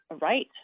right